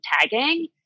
tagging